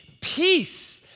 peace